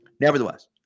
nevertheless